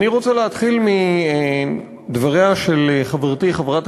אני רוצה להתחיל בדבריה של חברתי חברת